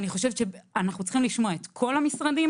אני חושבת שאנחנו צריכים לשמוע את כל המשרדים